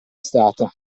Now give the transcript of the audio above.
stata